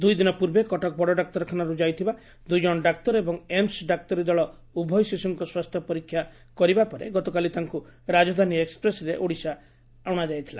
ଦୁଇ ଦିନ ପ୍ରର୍ବେ କଟକ ବଡ଼ଡାକ୍ତରଖାନାରୁ ଯାଇଥିବା ଦୁଇ ଜଶ ଡାକ୍ତର ଏବଂ ଏମସ୍ ଡାକ୍ତରୀ ଦଳ ଉଭୟ ଶିଶୁଙ୍କ ସ୍ୱାସ୍ଥ୍ୟ ପରୀକ୍ଷା କରିବା ପରେ ଗତକାଲି ତାଙ୍କୁ ରାଜଧାନୀ ଏକ୍ପ୍ରେସ୍ରେ ଓଡ଼ିଶା ଆଣିଛନ୍ତି